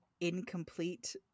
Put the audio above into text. incomplete